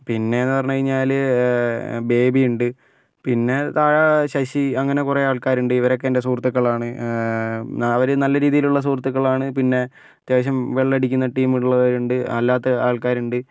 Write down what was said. പിന്നെയെന്ന് പറഞ്ഞുകഴിഞ്ഞാൽ ബേബി ഉണ്ട് പിന്നെ താഴെ ശശി അങ്ങനെ കുറെ ആൾക്കാരുണ്ട് ഇവരൊക്കെ എൻ്റെ സുഹൃത്തുക്കളാണ് അവർ നല്ല രീതിയിലുള്ള സുഹൃത്തുക്കളാണ് പിന്നെ അത്യാവശ്യം വെള്ളം അടിക്കുന്ന ടീമുള്ളവർ ഉണ്ട് അല്ലാത്ത ആൾക്കാരുണ്ട്